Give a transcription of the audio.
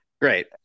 Great